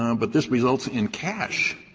um but this results in cash